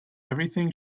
everything